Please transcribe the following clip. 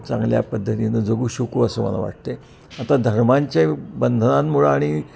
चांगल्या पद्धतीनं जगू शकू असं मला वाटत आहे आता धर्मांचे बंधनांमुळं आणि